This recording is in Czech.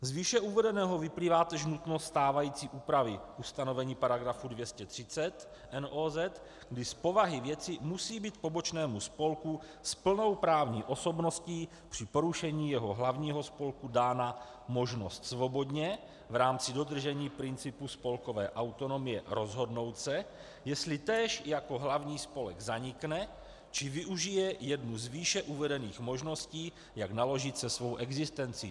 Z výše uvedeného vyplývá též nutnost stávající úpravy ustanovení § 230 NOZ, kdy z povahy věci musí být pobočnému spolku s plnou právní osobností při porušení jeho hlavního spolku dána možnost svobodně v rámci dodržení principu spolkové autonomie rozhodnout se, jestli též jako hlavní spolek zanikne, či využije jednu z výše uvedených možností, jak naložit se svou existencí.